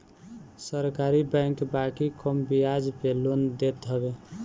सरकारी बैंक बाकी कम बियाज पे लोन देत हवे